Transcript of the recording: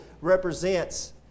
represents